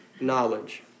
knowledge